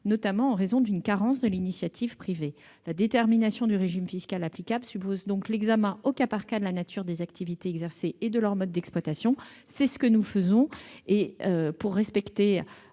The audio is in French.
notamment en raison d'une carence de l'initiative privée. La détermination du régime fiscal applicable suppose donc l'examen, cas par cas, de la nature des activités exercées et de leur mode d'exploitation. C'est ainsi que nous procédons. Par respect